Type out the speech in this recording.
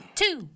two